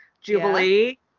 Jubilee